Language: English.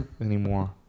anymore